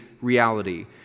reality